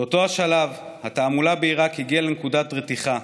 באותו שלב התעמולה בעיראק הגיעה לנקודת רתיחה,